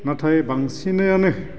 नाथाय बांसिनानो